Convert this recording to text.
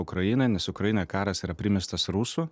ukrainoj nes ukrainoj karas yra primestas rusų